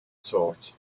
sort